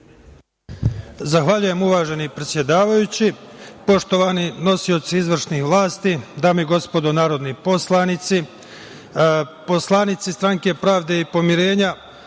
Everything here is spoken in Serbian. Zahvaljujem. Uvaženi predsedavajući, poštovani nosioci izvršne vlasti, dame i gospodo narodni poslanici, poslanici Stranke pravde i pomirenja